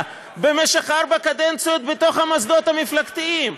במשך ארבע קדנציות בתוך המוסדות המפלגתיים,